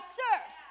serve